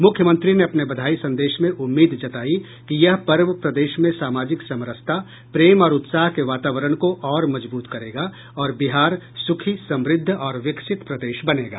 मुख्यमंत्री ने अपने बधाई संदेश में उम्मीद जतायी कि यह पर्व प्रदेश में सामाजिक समरसता प्रेम और उत्साह के वातावरण को और मजबूत करेगा और बिहार सुखी समृद्ध और विकसित प्रदेश बनेगा